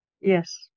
Yes